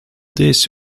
this